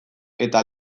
eta